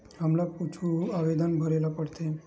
हमला कुछु आवेदन भरेला पढ़थे?